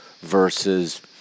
versus